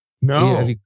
No